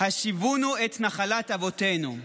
השיבונו את נחלת אבותינו".